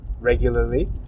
regularly